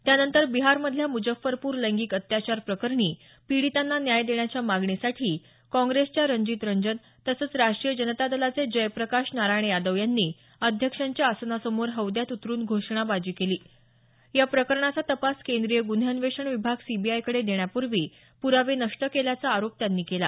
त्यानंतर बिहार मधल्या मुजफ्फरपूर लैंगिक अत्याचार प्रकरणी पीडितांना न्याय देण्याच्या मागणीसाठी काँग्रेसच्या रंजीत रंजन तसंच राष्ट्रीय जनता दलाचे जयप्रकाश नारायण यादव यांनी अध्यक्षांच्या आसनासमोर हौद्यात उतरून घोषणाबाजी केली या प्रकरणाचा तपास केंद्रीय गुन्हे अन्वेषण विभाग सीबीआयकडे देण्यापूर्वी प्रावे नष्ट केल्याचा आरोप यांनी केला